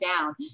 down